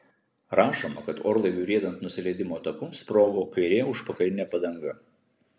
rašoma kad orlaiviui riedant nusileidimo taku sprogo kairė užpakalinė padanga